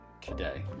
today